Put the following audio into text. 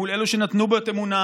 מול אלו שנתנו בו את אמונם,